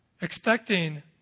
Expecting